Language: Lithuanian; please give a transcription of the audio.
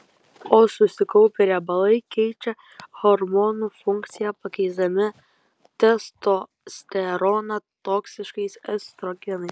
o susikaupę riebalai keičia hormonų funkciją pakeisdami testosteroną toksiškais estrogenais